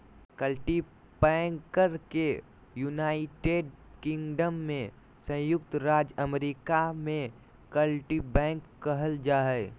cultipacker के United Kingdom में संयुक्त राज्य अमेरिका में कल्टीपैकर कहल जा हइ